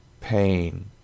pain